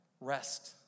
rest